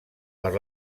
per